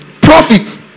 Profit